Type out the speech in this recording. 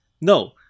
no